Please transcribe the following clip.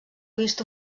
vista